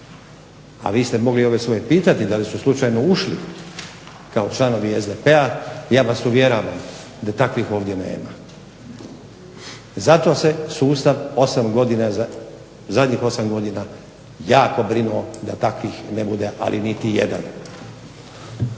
A vi ste mogli ove svoje pitati da li su slučajno ušli kao članovi SDP-a. Ja vas uvjeravam da takvih ovdje nema. Zato se sustav zadnjih 8 godina jako brinuo da takvih ne bude, ali niti jedan.